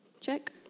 Check